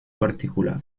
particular